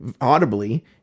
audibly